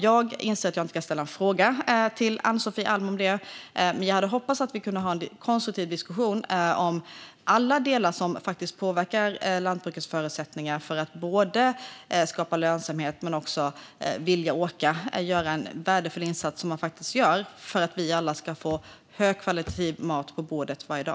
Jag inser att jag inte kan ställa en fråga till Ann-Sofie Alm om detta, men jag hade hoppats att vi skulle kunna ha en konstruktiv diskussion om alla delar som påverkar lantbrukets förutsättningar. Det handlar både om att skapa lönsamhet och att vilja och orka göra den värdefulla insats som lantbruket gör för att vi alla ska få högkvalitativ mat på bordet varje dag.